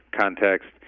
context